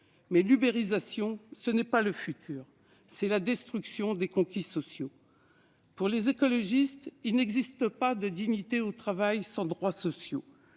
Or l'« ubérisation » n'est pas le futur. C'est la destruction des conquis sociaux. Pour les écologistes, il n'existe pas de dignité au travail sans droits sociaux,